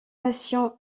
nations